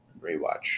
rewatch